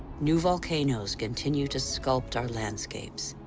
new volcanoes continue to sculpt our landscapes.